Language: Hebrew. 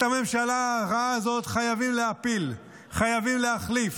את הממשלה הרעה הזאת חייבים להפיל, חייבים להחליף.